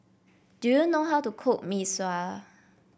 do you know how to cook Mee Sua